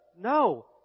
No